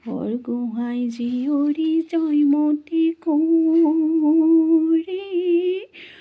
বৰগোহাঁই জীয়ৰী জয়মতী কুঁৱৰী